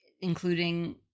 including